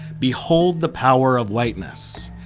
behold the power of whiteness.